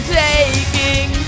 taking